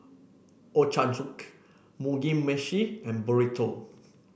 Ochazuke Mugi Meshi and Burrito